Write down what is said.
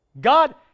God